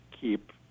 keep